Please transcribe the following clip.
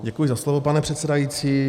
Děkuji za slovo, pane předsedající.